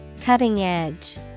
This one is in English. Cutting-edge